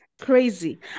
Crazy